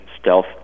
stealth